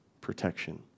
protection